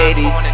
80s